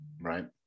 Right